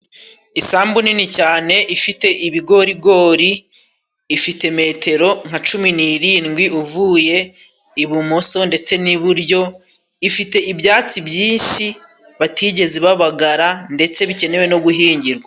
Isambu nini cyane ifite ibigorigori, ifite metero nka cumi n'irindwi uvuye ibumoso ndetse n'iburyo, ifite ibyatsi byinshi batigeze babagara ndetse bikenewe no guhingirwa.